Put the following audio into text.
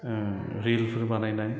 रिलफोर बानायनाय